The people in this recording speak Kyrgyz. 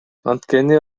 анткени